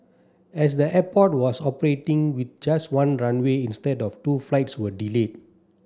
as the airport was operating with just one runway instead of two flights were delayed